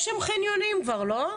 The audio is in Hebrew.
יש שם חניונים כבר, לא?